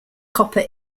coppa